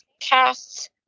casts